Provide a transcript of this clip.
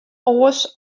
oars